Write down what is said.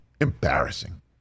Embarrassing